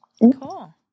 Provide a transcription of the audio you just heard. cool